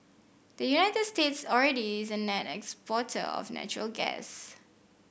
the United States already is a net exporter of natural gas